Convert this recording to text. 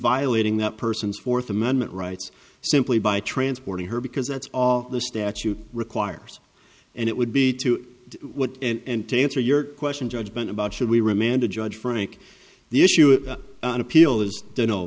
violating that person's fourth amendment rights simply by transporting her because that's all the statute requires and it would be to what and to answer your question judgment about should we remand a judge frank the issue on appeal is